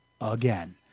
again